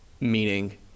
meaning